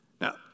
Now